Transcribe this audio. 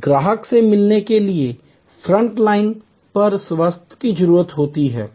ग्राहक से मिलने के लिए फ्रंट लाइन पर स्वायत्तता की जरूरत होती है